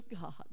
God